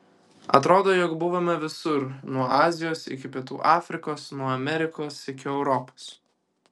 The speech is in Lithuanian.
atrodo jog buvome visur nuo azijos iki pietų afrikos nuo amerikos iki europos